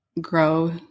grow